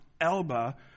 Elba